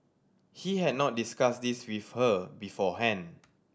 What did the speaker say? he had not discussed this with her beforehand